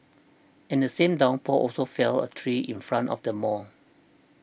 and the same downpour also felled a tree in front of the mall